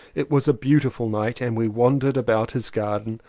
it was a beautiful night and we wandered about his garden,